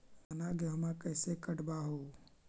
धाना, गेहुमा कैसे कटबा हू?